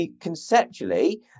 conceptually